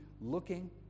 looking